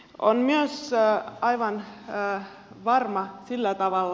on myös aivan varmaa sillä tavalla